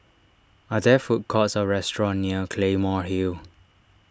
are there food courts or restaurants near Claymore Hill